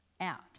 out